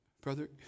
brother